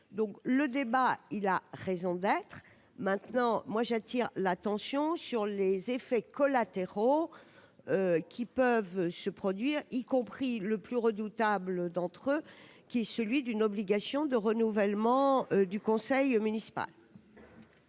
donc le débat, il a raison d'être maintenant moi j'attire l'attention sur les effets collatéraux qui peuvent se produire, y compris le plus redoutable d'entre eux qui est celui d'une obligation de renouvellement du conseil municipal.